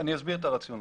אני אסביר את הרציונל.